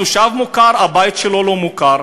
התושב מוכר, הבית שלו לא מוכר,